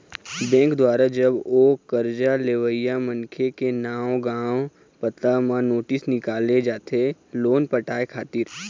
bank दुवारा जब ओ करजा लेवइया मनखे के नांव गाँव पता म नोटिस निकाले जाथे लोन पटाय खातिर